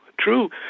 True